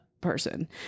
person